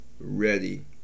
ready